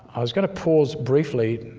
i was going to pause briefly